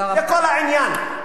זה כל העניין.